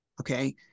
Okay